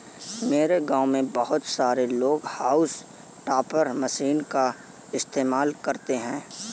मेरे गांव में बहुत सारे लोग हाउस टॉपर मशीन का इस्तेमाल करते हैं